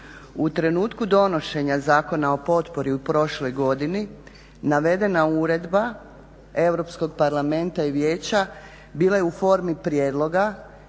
U trenutku donošenja Zakona o potpori u prošloj godini navedena uredba Europskog parlamenta i Vijeća bila je u formi prijedloga